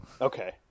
Okay